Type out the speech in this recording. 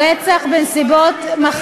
רצח בנסיבות,